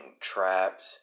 trapped